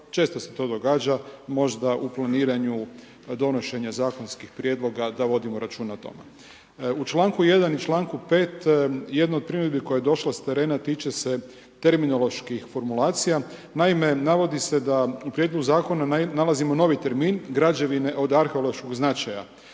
često se to događa, možda u planiranju donošenja zakonskih prijedloga da vodimo računa o tome. U članku 1. i članku 5. jedna od primjedbi koja je došla s terena tiče se terminoloških formulacija, naime navodi se da u prijedlogu zakona nalazimo novi termin građevine od arheološkog značaja